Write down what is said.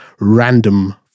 random